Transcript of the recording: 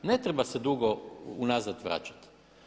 Ne treba se dugo unazad vraćati.